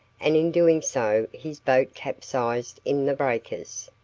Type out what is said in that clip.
and in doing so his boat capsized in the breakers.